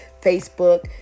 Facebook